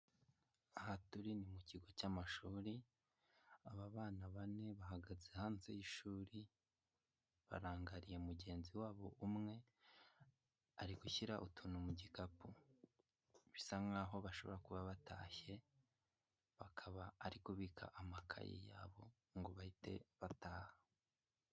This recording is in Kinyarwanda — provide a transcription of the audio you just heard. Aha turi ni mu kigo cy'amashuri aba bana bane bahagaze hanze y'ishuri barangariye mugenzi wabo umwe ari gushyira utuntu mu gikapu, bisa nk'aho bashobora kuba batashye bakaba ari kubika amakayi yabo ngo bahite bataha.